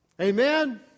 Amen